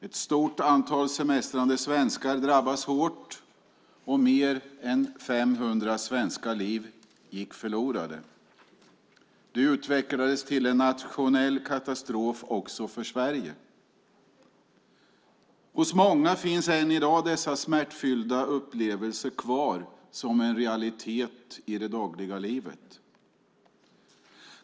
Ett stort antal semestrande svenskar drabbades hårt, och mer än 500 svenska liv gick förlorade. Detta utvecklades till en nationell katastrof också för Sverige. Hos många finns än i dag dessa smärtfyllda upplevelser kvar som en realitet i det dagliga livet.